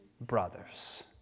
brothers